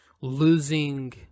Losing